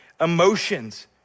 emotions